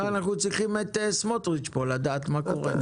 אנחנו צריכים את סמוטריץ' פה לדעת מה קורה.